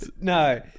No